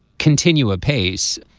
continue apace.